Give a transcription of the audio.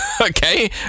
okay